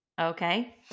Okay